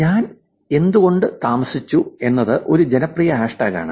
ഞാൻ എന്തുകൊണ്ട് താമസിച്ചു എന്നത് ഒരു ജനപ്രിയ ഹാഷ് ടാഗ് ആണ്